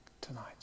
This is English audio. tonight